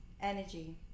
energy